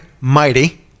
mighty